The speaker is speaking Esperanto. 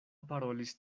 parolis